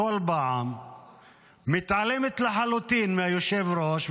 בכל פעם היא מתעלמת לחלוטין מ"היושב-ראש",